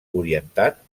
orientat